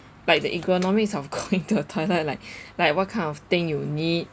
like the economics of going to the toilet like like what kind of thing you need uh